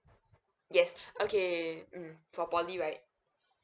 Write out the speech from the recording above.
yes okay mm for poly right